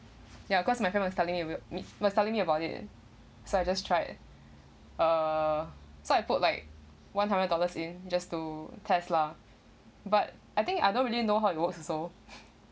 ya cause my friend was telling meet was telling me about it so I just tried uh so I put like one hundred dollars in just to test lah but I think I don't really know how it works also